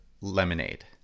lemonade